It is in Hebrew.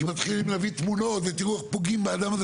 כי מתחילים להביא תמונות ותראו איך פוגעים באדם הזה.